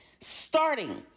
Starting